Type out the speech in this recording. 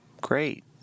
Great